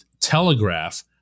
telegraph